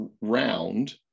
round